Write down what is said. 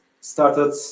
started